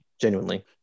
genuinely